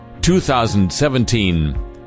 2017